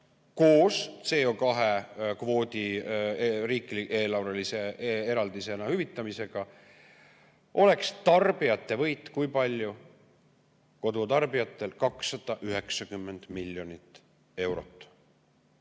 koos CO2kvoodi riigieelarvelise eraldisena hüvitamisega tarbijate võit kui palju? Kodutarbijatel 290 miljonit eurot.